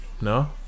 No